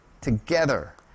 together